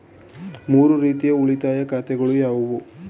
ಮೂರು ರೀತಿಯ ಉಳಿತಾಯ ಖಾತೆಗಳು ಯಾವುವು?